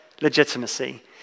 legitimacy